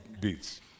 beats